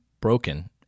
broken